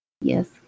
Yes